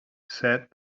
said